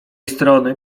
strony